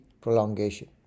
prolongation